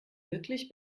wirklich